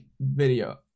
video